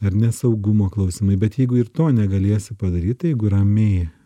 ar nesaugumo klausimai bet jeigu ir to negalėsi padaryt jeigu ramiai